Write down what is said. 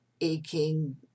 aching